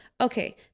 okay